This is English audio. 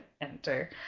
enter